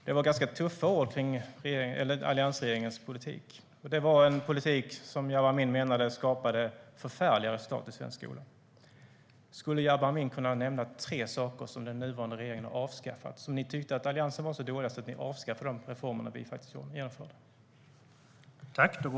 Det var ganska tuffa ord om alliansregeringens politik - en politik som Jabar Amin menar skapar förfärliga resultat i svensk skola. Kan Jabar Amin nämna tre saker som den nuvarande regeringen har avskaffat - reformer som Alliansen gjorde och som ni tyckte var så dåliga att ni avskaffade dem?